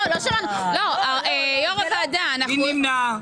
מי נמנע?